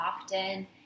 often